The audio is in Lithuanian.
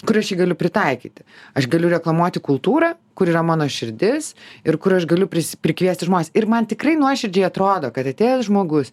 kur aš jį galiu pritaikyti aš galiu reklamuoti kultūrą kur yra mano širdis ir kur aš galiu pris prikviesti žmones ir man tikrai nuoširdžiai atrodo kad atėjęs žmogus